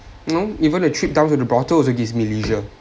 you know even a trip down to the brothel also gives me leisure